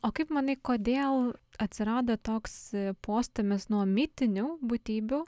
o kaip manai kodėl atsirado toks postūmis nuo mitinių būtybių